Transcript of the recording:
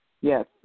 Yes